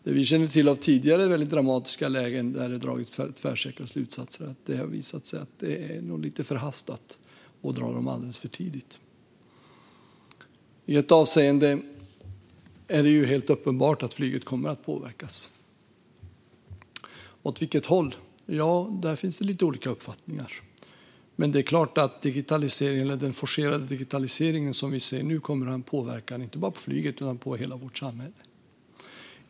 Det vi känner till från tidigare väldigt dramatiska lägen där det dragits tvärsäkra slutsatser är att det har visat sig vara lite förhastat att dra dem. I ett avseende är det ju helt uppenbart att flyget kommer att påverkas. Åt vilket håll? Ja, där finns det lite olika uppfattningar. Det är klart att den forcerade digitalisering vi ser nu kommer att ha en påverkan inte bara på flyget utan på hela vårt samhälle.